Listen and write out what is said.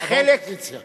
אה, באופוזיציה.